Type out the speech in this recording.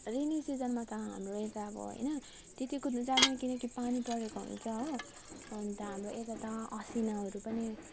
rainy सिजनमा त हाम्रो यता अब होइन त्यति कुद्नु जाँदैन किनकि पानी परेको हुन्छ हो अन्त हाम्रो यता त असिनाहरू पनि